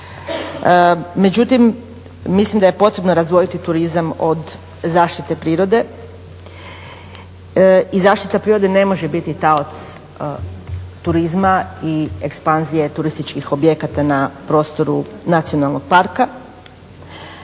Međutim, mislim da je potrebno razdvojiti turizam od zaštite prirode i zaštita prirode ne može biti taoc turizma i ekspanzije turističkih objekata na prostoru nacionalnog parka.